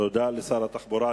תודה לשר התחבורה.